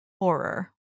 horror